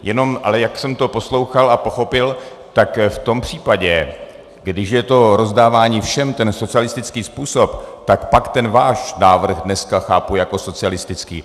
Jenom ale jak jsem to poslouchal a pochopil, tak v tom případě, když je to rozdávání všem, ten socialistický způsob, tak pak ten váš návrh dneska chápu jako socialistický.